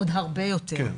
עוד הרבה יותר.